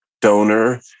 donor